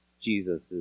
Jesus